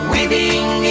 Weaving